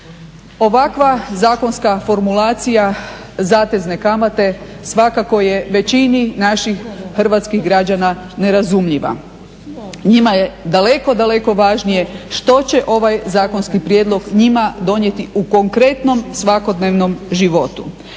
Ovakva zakonska formulacija zatezne kamate svakako je većini naših hrvatskih građana nerazumljiva, njima je daleko, daleko važnije što će ovaj zakonski prijedlog njima donijeti u konkretnom svakodnevnom životu,